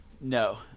No